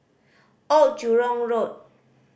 Old Jurong Road